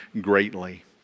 greatly